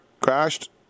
crashed